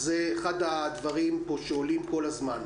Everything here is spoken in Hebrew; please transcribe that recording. אז זה אחד הדברים שעולים פה כל הזמן.